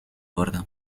worden